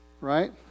Right